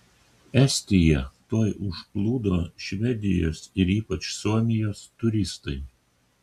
estiją tuoj užplūdo švedijos ir ypač suomijos turistai